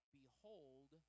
behold